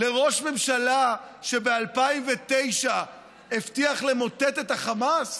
לראש ממשלה שב-2009 הבטיח למוטט את החמאס.